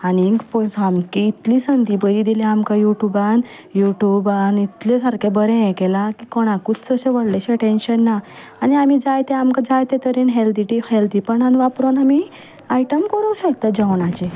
आनी पळय इतली संदी बरी दिल्या आमकां यूट्युबान यूट्युबान इतलें सारकें बरें हें केलां की कोणाकूच अशें व्हडलेशें टेंन्शन ना आनी आमी जायते आमकां जाय तें तरेन हेल्दी टीप हेल्दीपणान वापरून आमी आयटम करूं शकता जेवणाचे